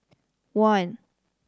one